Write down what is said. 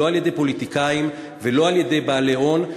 לא על-ידי פוליטיקאים ולא על-ידי בעלי הון,